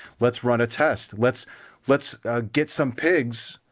let's run a test. let's let's get some pigs.